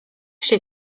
się